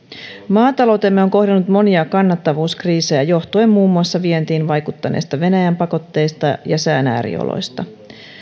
maataloutemme on kohdannut monia kannattavuuskriisejä johtuen muun muassa vientiin vaikuttaneista venäjän pakotteista ja sään äärioloista